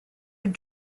had